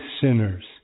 sinners